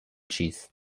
چیست